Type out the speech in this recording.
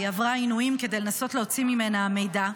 והיא עברה עינויים כדי לנסות להוציא ממנה מידע.